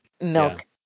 milk